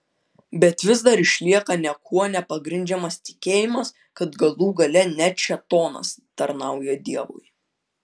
bet vis dar išlieka niekuo nepagrindžiamas tikėjimas kad galų gale net šėtonas tarnauja dievui